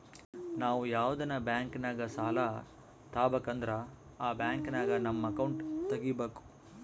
ನಾವು ಯಾವ್ದನ ಬ್ಯಾಂಕಿನಾಗ ಸಾಲ ತಾಬಕಂದ್ರ ಆ ಬ್ಯಾಂಕಿನಾಗ ನಮ್ ಅಕೌಂಟ್ ತಗಿಬಕು